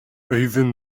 even